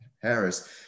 Harris